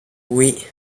oui